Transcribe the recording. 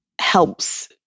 helps